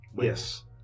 yes